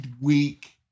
week